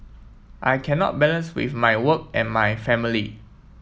I cannot balance with my work and my family